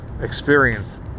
experience